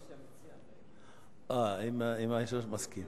אם היושב-ראש מסכים.